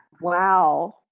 Wow